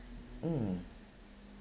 mm